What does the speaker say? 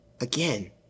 again